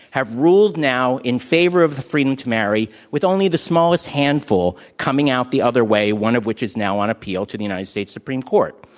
have ruled now in favor of freedom to marry with only the smallest handful coming out the other way, one of which is now on appeal to the united states supreme court.